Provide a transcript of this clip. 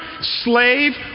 slave